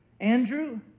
Andrew